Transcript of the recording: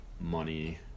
money